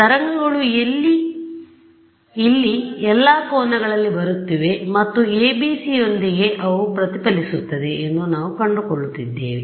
ತರಂಗಗಳು ಇಲ್ಲಿ ಎಲ್ಲಾ ಕೋನಗಳಲ್ಲಿ ಬರುತ್ತಿವೆ ಮತ್ತು ಎಬಿಸಿಯೊಂದಿಗೆ ಅವು ಪ್ರತಿಫಲಿಸುತ್ತದೆಎಂದು ನಾವು ಕಂಡುಕೊಳ್ಳುತ್ತಿದ್ದೇವೆ